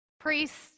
Priests